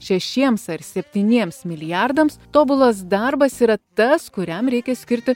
šešiems ar septyniems milijardams tobulas darbas yra tas kuriam reikia skirti